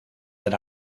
that